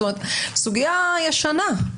סוגיה ישנה.